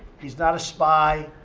he's not a spy.